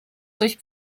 durch